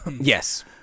yes